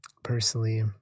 personally